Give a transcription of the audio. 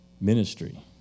ministry